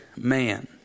man